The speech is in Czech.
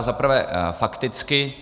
Zaprvé fakticky.